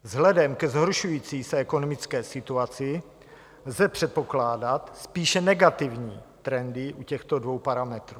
Vzhledem ke zhoršující se ekonomické situaci lze předpokládat spíše negativní trendy u těchto dvou parametrů.